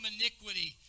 iniquity